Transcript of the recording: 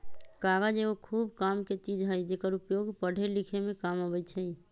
कागज एगो खूब कामके चीज हइ जेकर उपयोग पढ़े लिखे में काम अबइ छइ